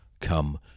come